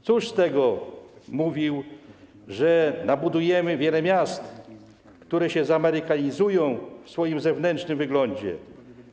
Cóż z tego - mówił - że nabudujemy wiele miast, które się zamerykanizują w swoim zewnętrznym wyglądzie?